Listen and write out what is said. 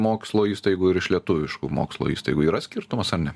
mokslo įstaigų ir iš lietuviškų mokslo įstaigų yra skirtumas ar ne